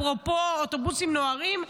אפרופו האוטובוסים נוהרים,